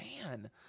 man